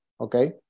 Okay